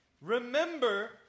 Remember